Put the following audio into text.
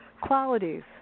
qualities